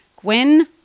Gwen